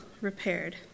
repaired